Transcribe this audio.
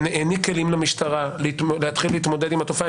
הוא העניק כלים למשטרה להתחיל להתמודד עם התופעה.